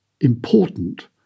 important